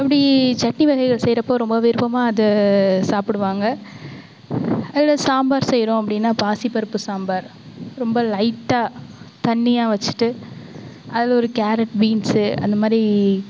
அப்படி சட்னி வகைகள் செய்யறப்போ ரொம்ப விருப்பமாக அதை சாப்பிடுவாங்க அதில் சாப்பார் செய்யறோம் அப்படின்னா பாசிப்பருப்பு சாம்பார் ரொம்ப லைட்டாக தண்ணியாக வச்சுட்டு அதில் ஒரு கேரட் பீன்ஸு அந்தமாதிரி